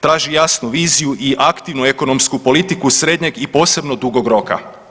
Traži jasnu viziju i aktivnu ekonomsku politiku srednjeg i posebno dugog roka.